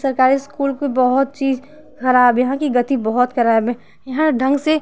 सरकारी इस्कूल की बहुत चीज़ खराब है यहाँ कि गति बहुत खराब है यहाँ ढंग से